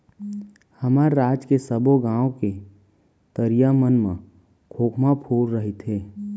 हमर राज के सबो गॉंव के तरिया मन म खोखमा फूले रइथे